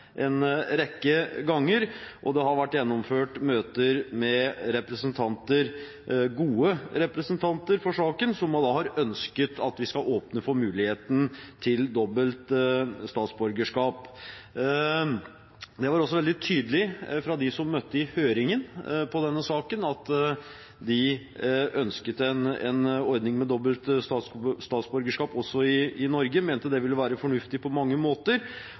en rekke ganger, og det har vært gjennomført møter med gode representanter for saken, som har ønsket at vi skal åpne for muligheten til dobbelt statsborgerskap. Det var også veldig tydelig fra dem som møtte i høringen til denne saken, at de ønsket en ordning med dobbelt statsborgerskap også i Norge, mente det ville være fornuftig på mange måter,